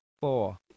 four